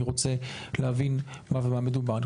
אני רוצה להבין במה מדובר.